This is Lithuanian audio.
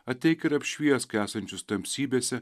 ateik ir apšviesk esančius tamsybėse